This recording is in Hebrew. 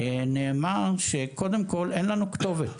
נאמר שקודם כל אין לנו כתובת